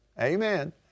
Amen